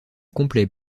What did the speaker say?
complet